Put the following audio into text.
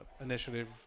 initiative